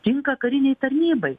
tinka karinei tarnybai